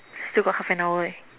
still got half an hour